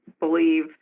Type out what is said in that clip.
believe